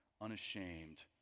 unashamed